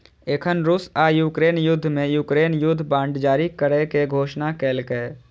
एखन रूस आ यूक्रेन युद्ध मे यूक्रेन युद्ध बांड जारी करै के घोषणा केलकैए